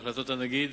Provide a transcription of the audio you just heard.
בהחלטות הנגיד,